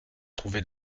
trouver